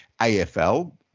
AFL